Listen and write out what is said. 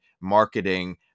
marketing